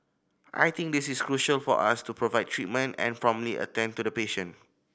I think this is crucial for us to provide treatment and promptly attend to the patient